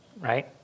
right